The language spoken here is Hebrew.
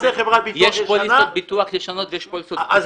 יש פוליסות ביטוח ישנות ויש פוליסות חדשות --- שר העבודה,